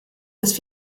dass